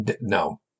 No